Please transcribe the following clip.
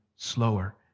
slower